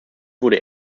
wurde